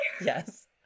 Yes